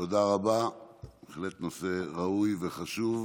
תודה רבה, בהחלט נושא ראוי וחשוב.